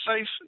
safe